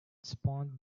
spawned